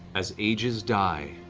as ages die,